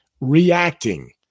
reacting